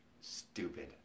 stupid